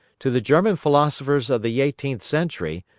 to the german philosophers of the eighteenth century,